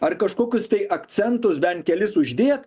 ar kažkokius tai akcentus bent kelis uždėt